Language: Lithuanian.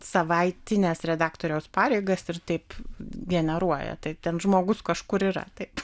savaitines redaktoriaus pareigas ir taip generuoja tai ten žmogus kažkur yra taip